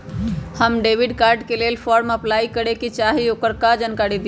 हम debit card के लेल फॉर्म अपलाई करे के चाहीं ल ओकर जानकारी दीउ?